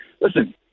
listen